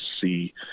see